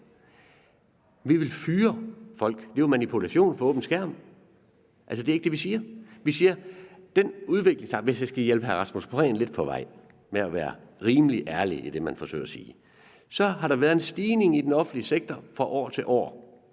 vi vil fyre folk. Det er jo manipulation for åben skærm. Altså, det er ikke det, vi siger. Vi siger, hvis jeg skal hjælpe hr. Rasmus Prehn lidt på vej med at være rimelig ærlig i det, man forsøger at sige, at der har været en stigning i væksten i den offentlige sektor fra år til år.